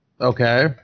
Okay